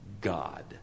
God